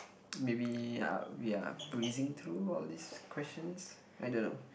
maybe uh we are breezing through all these questions I don't know